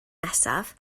nesaf